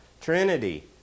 Trinity